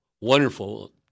wonderful